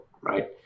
right